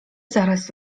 zaraz